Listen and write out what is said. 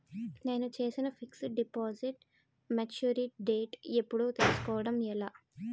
నేను చేసిన fixed deposit mature date ఎప్పుడో తెల్సుకోవడం ఎలా?